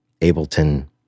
Ableton